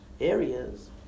areas